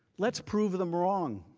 let's prove them wrong.